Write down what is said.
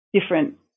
different